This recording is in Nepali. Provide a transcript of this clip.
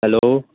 हेलो